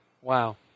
Wow